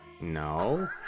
no